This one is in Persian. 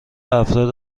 افراد